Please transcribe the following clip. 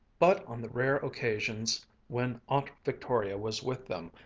but on the rare occasions when aunt victoria was with them,